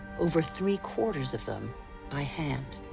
over three-quarters of them by hand.